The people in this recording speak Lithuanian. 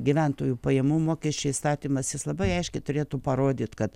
gyventojų pajamų mokesčio įstatymas jis labai aiškiai turėtų parodyt kad